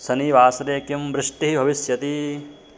शनिवासरे किं वृष्टिः भविष्यति